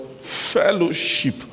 Fellowship